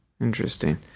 Interesting